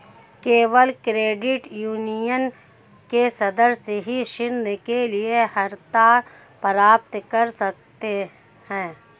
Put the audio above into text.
केवल credit union के सदस्य ही ऋण के लिए अर्हता प्राप्त कर सकते हैं